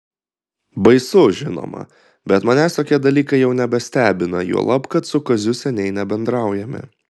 baisu žinoma bet manęs tokie dalykai jau nebestebina juolab kad su kaziu seniai nebendraujame